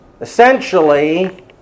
Essentially